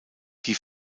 die